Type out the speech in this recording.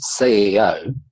ceo